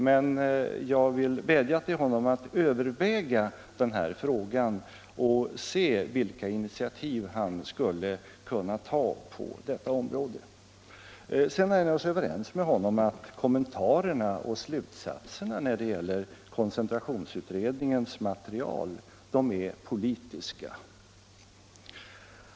Men jag vill vädja till honom att överväga den här frågan och se vilka initiativ han skulle kunna ta på området. Sedan är jag naturligtvis överens med industriministern om att kommentarerna och slutsatserna när det gäller koncentrationsutredningens material är politiska.